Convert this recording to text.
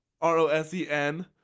R-O-S-E-N